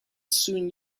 soon